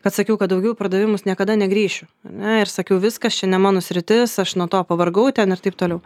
kad sakiau kad daugiau į pardavimus niekada negrįšiu ar ne ir sakiau viskas čia ne mano sritis aš nuo to pavargau ten ir taip toliau